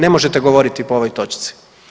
Ne možete govoriti po ovoj točci.